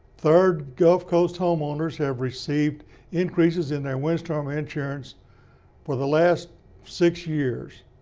third, gulf coast homeowners have received increases in their windstorm insurance for the last six years.